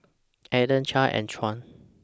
Anton Clair and Juan